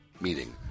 meeting